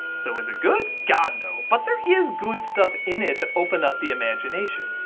so, is it good? god no! but there is good stuff in it to open up the imagination.